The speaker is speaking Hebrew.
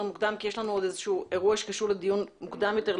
מוקדם כי יש לנו עוד איזשהו שקשור לדיון מוקדם יותר,